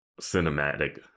cinematic